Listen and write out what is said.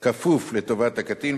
כפוף לטובת הקטין,